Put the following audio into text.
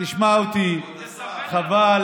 תספר לנו, חבל.